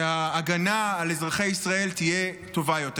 שההגנה על אזרחי ישראל תהיה טובה יותר.